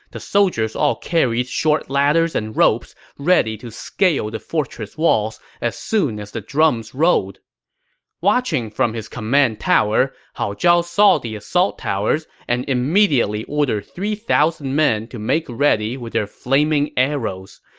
the soldiers all carried short ladders and ropes, ready to scale the fortress walls as soon as the drums rolled watching from his command tower, hao zhao saw the assault towers and immediately ordered three thousand men to make ready with their flaming arrows.